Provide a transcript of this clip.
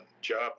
job